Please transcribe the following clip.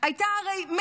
הרי הייתה מטורפת.